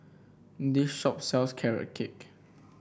this shop sells Carrot Cake